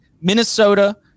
Minnesota